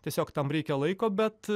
tiesiog tam reikia laiko bet